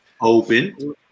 Open